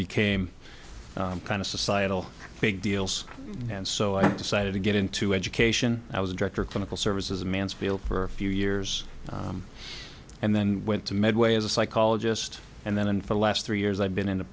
became kind of societal big deals and so i decided to get into education i was director of clinical services mansfield for a few years and then went to midway as a psychologist and then for the last three years i've been in